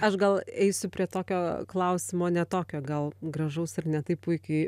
aš gal eisiu prie tokio klausimo ne tokio gal gražaus ar ne taip puikiai